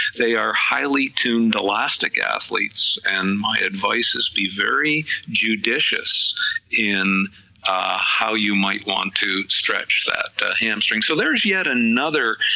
they are highly tuned elastic athletes, and my advice is be very judicious in how you might want to stretch that hamstring, so there is yet another